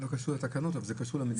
זה לא קשור לתקנות אבל זה קשור למציאות.